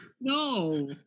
No